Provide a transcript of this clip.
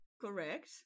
Correct